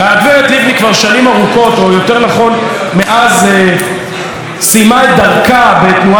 יותר נכון מאז סיימה את דרכה בתנועת הליכוד שבשמה היא נבחרה,